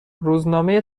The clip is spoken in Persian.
روزنامه